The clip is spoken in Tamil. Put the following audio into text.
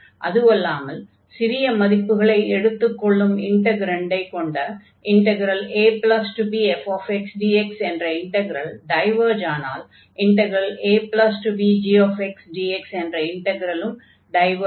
அதுவல்லாமல் சிறிய மதிப்புகளை எடுத்துக் கொள்ளும் இன்டக்ரன்டை கொண்ட abfxdx என்ற இன்டக்ரல் டைவர்ஜ் ஆனால் abgxdx என்ற இன்டக்ரலும் கண்டிப்பாக டைவர்ஜ் ஆகும்